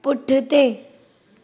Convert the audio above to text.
पुठिते